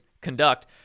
conduct